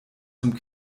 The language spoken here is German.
zum